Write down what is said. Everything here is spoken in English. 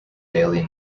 daily